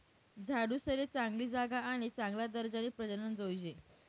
झाडूसले चांगली जागा आणि चांगला दर्जानी प्रजनन जोयजे